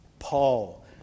Paul